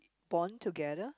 bond together